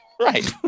Right